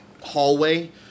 hallway